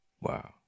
Wow